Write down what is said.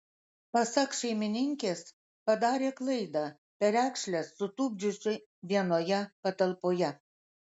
pasak šeimininkės padarė klaidą perekšles sutupdžiusi vienoje patalpoje